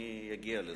אני אגיע לזה.